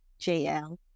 JL